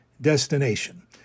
destination